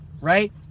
Right